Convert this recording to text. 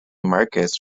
marcus